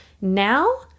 now